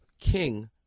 King